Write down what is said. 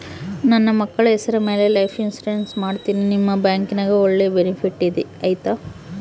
ನನ್ನ ಮಕ್ಕಳ ಹೆಸರ ಮ್ಯಾಲೆ ಲೈಫ್ ಇನ್ಸೂರೆನ್ಸ್ ಮಾಡತೇನಿ ನಿಮ್ಮ ಬ್ಯಾಂಕಿನ್ಯಾಗ ಒಳ್ಳೆ ಬೆನಿಫಿಟ್ ಐತಾ?